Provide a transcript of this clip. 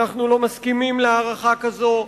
אנחנו לא מסכימים להארכה כזאת,